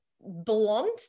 blonde